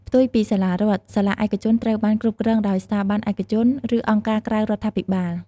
ផ្ទុយពីសាលារដ្ឋ សាលាឯកជនត្រូវបាន គ្រប់គ្រងដោយស្ថាប័នឯកជន ឬអង្គការក្រៅរដ្ឋាភិបាល ។